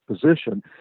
position